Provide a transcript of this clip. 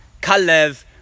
Kalev